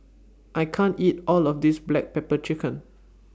I can't eat All of This Black Pepper Chicken